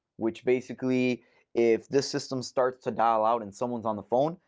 which basically if this system starts to dial out and someone's on the phone,